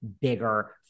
bigger